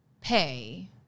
pay